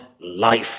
life